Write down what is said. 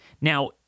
Now